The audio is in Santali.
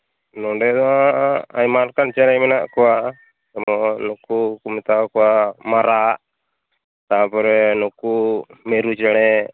ᱱᱚᱸᱰᱮ ᱫᱚ ᱟᱭᱢᱟ ᱞᱮᱠᱟᱱ ᱪᱮᱬᱮ ᱢᱮᱱᱟᱜ ᱠᱚᱣᱟ ᱡᱮᱢᱚᱱ ᱱᱩᱠᱩ ᱠᱚ ᱢᱮᱛᱟᱣᱟᱠᱚᱣᱟ ᱢᱟᱨᱟᱜ ᱛᱟᱯᱚᱨᱮ ᱱᱩᱠᱩ ᱢᱤᱨᱩ ᱪᱮᱬᱮ